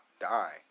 die